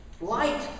Light